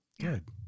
Good